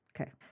Okay